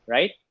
Right